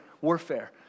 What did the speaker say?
warfare